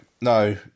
no